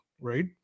right